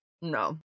no